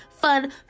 fun